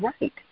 right